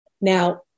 Now